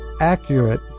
accurate